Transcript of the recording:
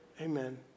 Amen